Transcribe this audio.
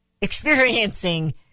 experiencing